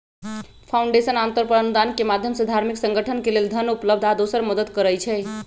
foundation आमतौर पर अनुदान के माधयम से धार्मिक संगठन के लेल धन उपलब्ध आ दोसर मदद करई छई